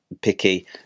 picky